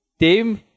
dem